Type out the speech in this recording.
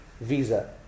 visa